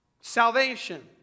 salvation